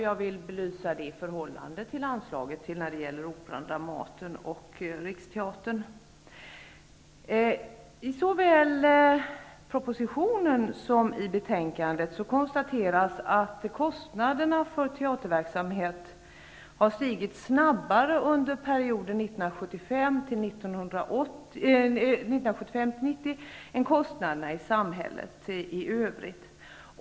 Vi vill belysa det i förhållande till det anslag som gäller Operan, I såväl propositionen som i betänkandet konstateras att kostnaderna för teaterverksamhet har stigit snabbare under perioden 1975--1990 än kostnaderna i samhället i övrigt.